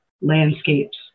landscapes